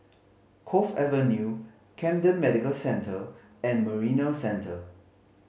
Cove Avenue Camden Medical Centre and Marina Centre